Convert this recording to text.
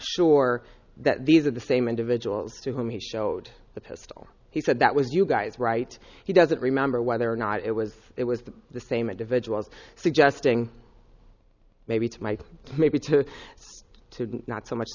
sure that these are the same individuals to whom he showed the people he said that was you guys right he doesn't remember whether or not it was it was the same individual suggesting maybe it's my maybe to to not so much